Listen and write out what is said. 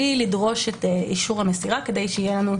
לדרוש את אישור המסירה כדי שתהיה לנו חזקת מסירה.